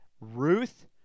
Ruth